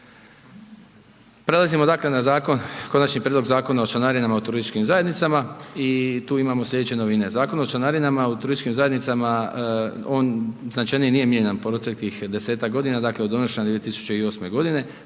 Prelazimo dakle na zakon, Konačni prijedlog Zakona o članarinama u turističkim zajednicama i tu imamo sljedeće novine. Zakon o članarinama u turističkim zajednicama, on značajnije nije mijenjan, po nekih 10-ak godina, dakle od donošenja 2008. godine.